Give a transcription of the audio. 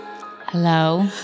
Hello